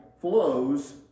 flows